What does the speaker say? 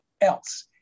else